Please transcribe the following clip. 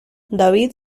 david